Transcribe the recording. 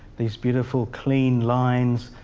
these beautiful clean lines,